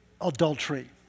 adultery